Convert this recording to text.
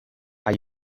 are